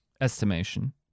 estimation